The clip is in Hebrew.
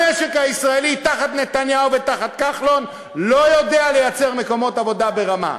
המשק הישראלי תחת נתניהו ותחת כחלון לא יודע לייצר מקומות עבודה ברמה.